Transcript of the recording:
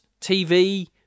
TV